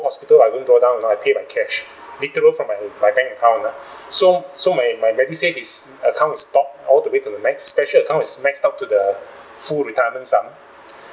hospital I won't drawdown you know I pay by cash literal from my my bank account uh so so my my Medisave is account is stocked all the way to max special account is maxed out to the full retirement sum